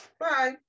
Bye